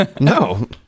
No